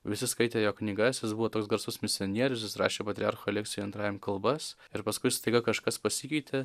visi skaitė jo knygas jis buvo toks garsus misionierius jis rašė patriarchui aleksijui antrajam kalbas ir paskui staiga kažkas pasikeitė